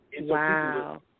Wow